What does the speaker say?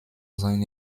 seine